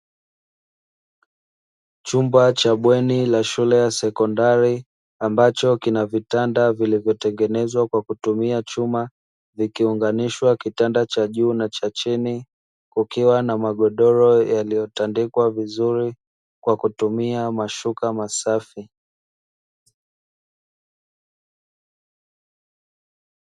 Chumba cha bweni la shule ya sekondari ambacho kina vitanda. Vilivyotengenezwa kwa kutumia chuma, vikiunganishwa kitanda cha juu na cha chini. Kukiwa na magodoro yaliyota kwa kutumia mashuka masafi.